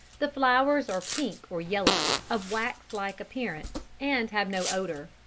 the flowers are pink or yellow, of wax-like appearance, and have no odour.